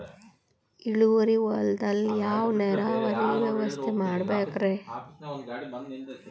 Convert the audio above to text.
ಇಳುವಾರಿ ಹೊಲದಲ್ಲಿ ಯಾವ ನೇರಾವರಿ ವ್ಯವಸ್ಥೆ ಮಾಡಬೇಕ್ ರೇ?